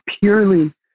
purely